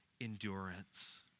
endurance